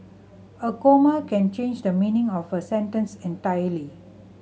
a comma can change the meaning of a sentence entirely